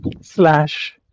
slash